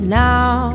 now